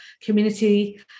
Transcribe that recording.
community